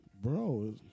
Bro